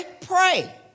pray